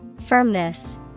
Firmness